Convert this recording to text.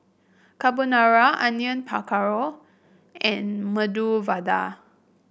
Carbonara Onion Pakora and Medu Vada